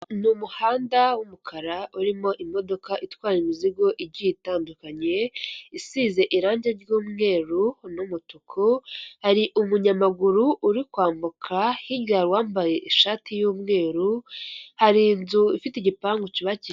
Ni umuhanda w'umukara urimo imodoka itwara imizigo igiye itandukanye isize irangi ry'umweru n'umutuku hari umunyamaguru uri kwambuka hirya wambaye ishati y'umweru hari inzu ifite igipangu cyubakishije.